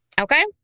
okay